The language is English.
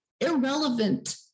irrelevant